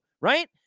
Right